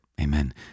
Amen